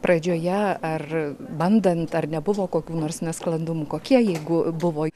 pradžioje ar bandant ar nebuvo kokių nors nesklandumų kokie jeigu buvo